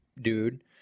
dude